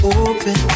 open